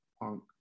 punk